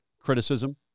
criticism